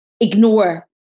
ignore